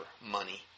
money